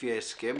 לפי ההסכם,